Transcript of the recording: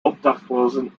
obdachlosen